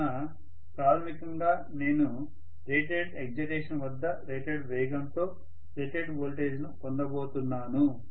కావున ప్రాథమికంగా నేను రేటెడ్ ఎక్సైటేషన్ వద్ద రేటెడ్ వేగంతో రేటెడ్ వోల్టేజ్ను పొందబోతున్నాను